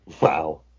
Wow